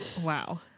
Wow